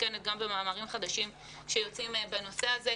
מתעדכנת גם במאמרים חדשים שיוצאים בנושא הזה,